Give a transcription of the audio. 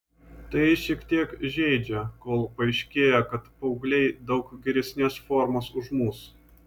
tai šiek tiek žeidžia kol paaiškėja kad paaugliai daug geresnės formos už mus